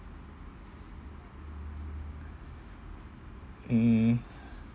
hmm